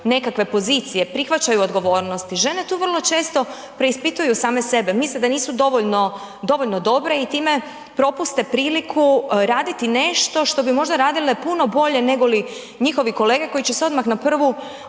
nekakve pozicije, prihvaćaju odgovornosti. Žene tu vrlo često preispituju same sebe, misle da nisu dovoljno, dovoljno dobre i time propuste priliku raditi nešto što bi možda radile puno bolje nego li njihovi kolege koji će se odmah na prvu uhvatiti,